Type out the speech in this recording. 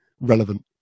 relevant